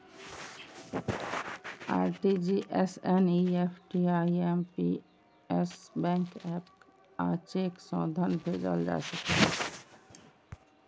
RTGS, NEFT, IMPS, bank app आ cheque सं धन भेजल जा सकैए